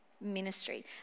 Ministry